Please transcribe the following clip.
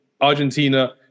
Argentina